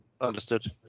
Understood